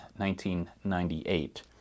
1998